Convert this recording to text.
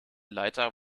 leiter